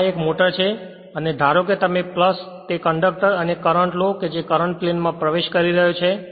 હવે આ એક મોટર છે અને ધારો કે તમે તે કંડક્ટર અને કરંટ લો કે કરંટ પ્લેનમાં પ્રવેશ કરી રહ્યો છે